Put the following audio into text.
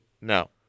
no